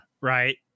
right